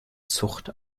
zucht